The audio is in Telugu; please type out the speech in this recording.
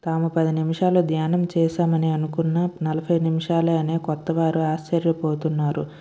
తాము పది నిమిషాలు ధ్యానం చేశామనే అనుకున్న నలభై నిమిషాలే అనే కొత్త వారు ఆశ్చర్య పోతున్నారు